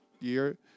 year